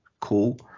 Cool